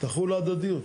תחול ההדדיות?